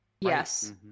Yes